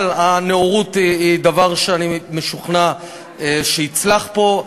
אבל הנאורות היא דבר שאני משוכנע שיצלח פה.